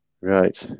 Right